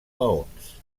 maons